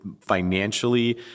financially